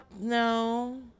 no